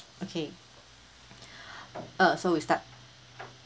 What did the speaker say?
okay uh so we start